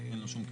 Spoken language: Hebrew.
אין לו שום קשר.